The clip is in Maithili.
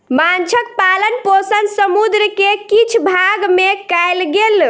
माँछक पालन पोषण समुद्र के किछ भाग में कयल गेल